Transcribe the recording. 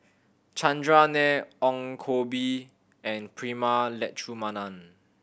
Chandran Nair Ong Koh Bee and Prema Letchumanan